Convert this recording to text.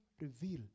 reveal